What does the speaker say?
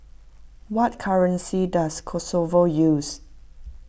what currency does Kosovo use